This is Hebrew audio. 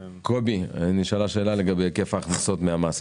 קובי, נשאלה שאלה לגבי היקף ההכנסות מהמס.